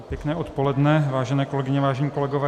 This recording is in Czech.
Pěkné odpoledne, vážené kolegyně, vážení kolegové.